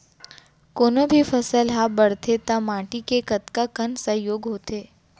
कोनो भी फसल हा बड़थे ता माटी के कतका कन सहयोग होथे?